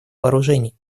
вооружений